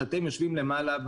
שאתם יושבים למעלה,